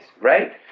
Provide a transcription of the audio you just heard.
Right